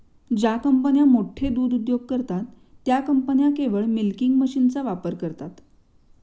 ज्या कंपन्या मोठे दूध उद्योग करतात, त्या कंपन्या केवळ मिल्किंग मशीनचा वापर करतात